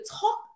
talk